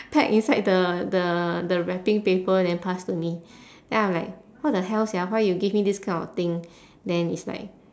pack inside the the the wrapping paper then pass to me then I'm like what the hell sia why you give me this kind of thing then it's like